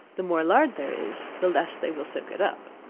the more lard there is, the less they will soak it up.